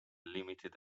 limited